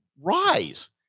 rise